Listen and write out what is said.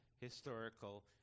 historical